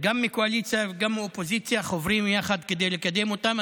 גם מהקואליציה וגם מהאופוזיציה חוברים יחד כדי לקדם אותם.